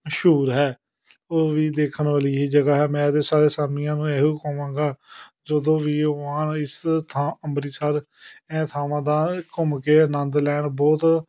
ਮਸ਼ਹੂਰ ਹੈ ਉਹ ਵੀ ਦੇਖਣ ਵਾਲੀ ਹੀ ਜਗ੍ਹਾ ਹੈ ਮੈਂ ਇਹਦੇ ਸਾਰੇ ਸਾਮੀਆਂ ਨੂੰ ਇਹੋ ਕਹਾਂਗਾ ਜਦੋਂ ਵੀ ਉਹ ਆਉਣ ਇਸ ਥਾਂ ਅੰਮ੍ਰਿਤਸਰ ਐ ਥਾਵਾਂ ਦਾ ਘੁੰਮ ਕੇ ਆਨੰਦ ਲੈਣ ਬਹੁਤ